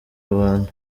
abantu